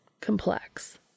complex